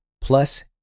plus